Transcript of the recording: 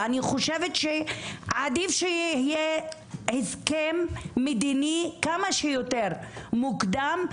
ואני חושבת שעדיף שיהיה הסכם מדיני כמה שיותר מוקדם,